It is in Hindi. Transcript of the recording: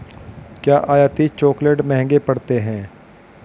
क्या आयातित चॉकलेट महंगे पड़ते हैं?